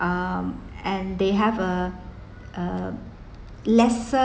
um and they have a a less~